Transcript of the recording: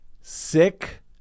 Sick